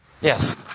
yes